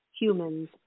humans